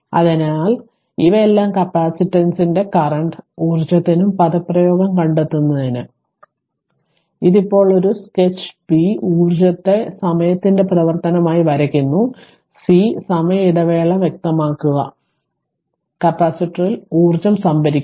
അതിനാൽ ഇവയെല്ലാം കപ്പാസിറ്ററിന്റെ കറന്റ് ഊർജ്ജത്തിനും പദപ്രയോഗം കണ്ടെത്തുന്നതിന് ഇത് ഇപ്പോൾ ഒരു സ്കെച്ച് ബി ഊർജ്ജത്തെ സമയത്തിന്റെ പ്രവർത്തനമായി വരയ്ക്കുന്നു സി സമയ ഇടവേള വ്യക്തമാക്കുക കപ്പാസിറ്ററിൽ ഊർജ്ജം സംഭരിക്കുന്നു